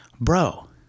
bro